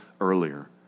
earlier